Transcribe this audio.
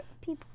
people